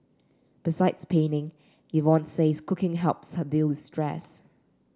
besides painting Yvonne says cooking helps her deal with stress